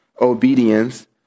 obedience